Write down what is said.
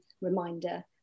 reminder